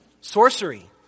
sorcery